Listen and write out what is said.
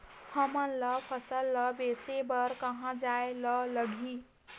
हमन ला फसल ला बेचे बर कहां जाये ला लगही?